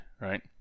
right